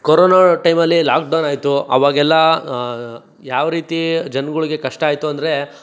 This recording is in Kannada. ಕೊರೋನಾ ಟೈಮಲ್ಲಿ ಲಾಕ್ಡೌನ್ ಆಯಿತು ಆವಾಗೆಲ್ಲ ಯಾವ ರೀತಿ ಜನಗಳಿಗೆ ಕಷ್ಟ ಆಯಿತು ಅಂದರೆ